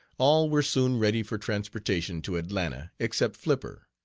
all were soon ready for transportation to atlanta except flipper.